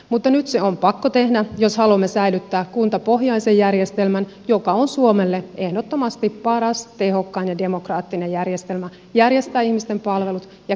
mutta nyt se on pakko tehdä jos haluamme säilyttää kuntapohjaisen järjestelmän joka on suomelle ehdottomasti paras tehokkain ja demokraattinen järjestelmä järjestää ihmisten palvelut ja kehittää alueita